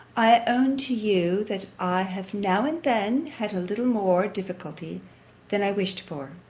i own to you, that i have now-and-then had a little more difficulty than i wished for,